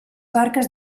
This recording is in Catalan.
barques